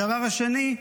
הדבר השני,